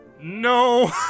No